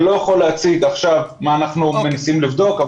אני לא יכול להציג עכשיו מה אנחנו מנסים לבדוק,